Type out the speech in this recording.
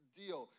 deal